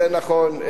זה נכון.